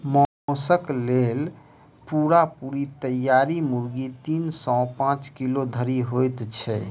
मौसक लेल पूरा पूरी तैयार मुर्गी तीन सॅ पांच किलो धरि होइत छै